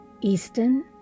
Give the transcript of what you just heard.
Easton